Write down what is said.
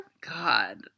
God